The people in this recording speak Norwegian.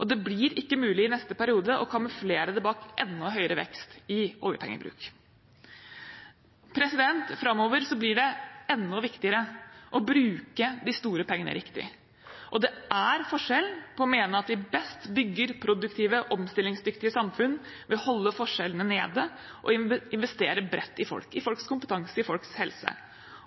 og det blir ikke mulig i neste periode å kamuflere det bak enda høyere vekst i oljepengebruk. Framover blir det enda viktigere å bruke de store pengene riktig. Og det er forskjell på å mene at vi best bygger produktive, omstillingsdyktige samfunn ved å holde forskjellene nede og investere bredt i folk – i folks kompetanse og folks helse –